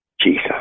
Jesus